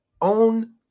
own